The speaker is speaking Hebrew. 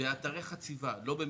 באתרי חציבה, לא במכרות.